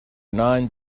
nine